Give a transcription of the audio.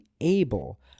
able